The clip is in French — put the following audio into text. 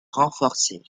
renforcé